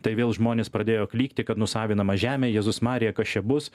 tai vėl žmonės pradėjo klykti kad nusavinama žemė jėzus marija kas čia bus